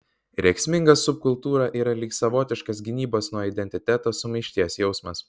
rėksminga subkultūra yra lyg savotiškas gynybos nuo identiteto sumaišties jausmas